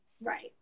right